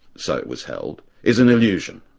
so it was held, is an illusion,